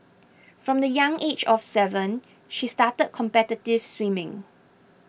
from the young age of seven she started competitive swimming